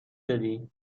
دادی